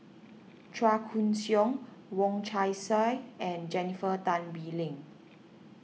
Chua Koon Siong Wong Chong Sai and Jennifer Tan Bee Leng